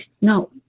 no